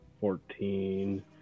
fourteen